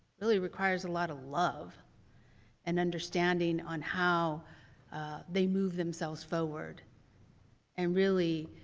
really requires a lot of love and understanding on how they move themselves forward and really